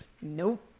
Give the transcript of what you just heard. Nope